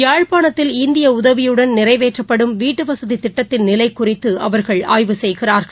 யாழ்ப்பாணத்தில் இந்தியஉதவியுடன் நிறைவேற்றப்படும் வீட்டுவசதிதிட்டத்தின் நிலைகுறித்துஅவர்கள் ஆய்வு செய்கிறார்கள்